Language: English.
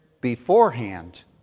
beforehand